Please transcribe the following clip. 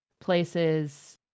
places